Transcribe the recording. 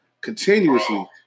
continuously